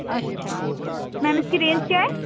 اچھا میم اس کی رینج کیا ہے